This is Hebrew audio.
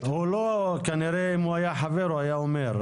אם הוא היה חבר הוא היה אומר.